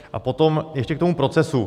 A potom ještě k tomu procesu.